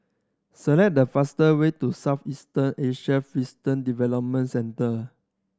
select the fastest way to Southeast Asian Fishery Development Centre